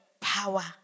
power